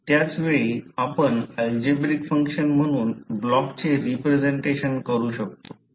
त्याच वेळी आपण अल्जेब्रिक फंक्शन म्हणून ब्लॉकचे रिप्रेझेंटेशन करू शकतो